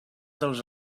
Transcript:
dels